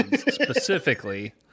specifically